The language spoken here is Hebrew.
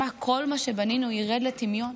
מה, כל מה שבנינו ירד לטמיון?